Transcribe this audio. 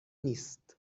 نیست